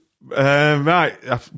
right